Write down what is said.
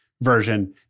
version